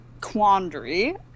quandary